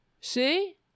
See